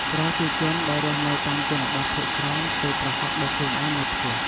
ប្រជាជនដែលរស់នៅតាមជនបទភាគច្រើនធ្វេីប្រហុកដោយខ្លួនឯងនៅផ្ទះ។